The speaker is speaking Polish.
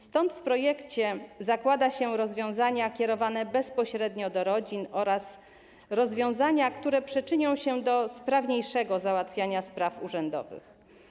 Stąd w projekcie zakłada się rozwiązania kierowane bezpośrednio do rodzin oraz rozwiązania, które przyczynią się do sprawniejszego załatwiania spraw urzędowych.